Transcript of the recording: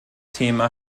thema